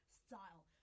style